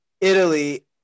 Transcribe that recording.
Italy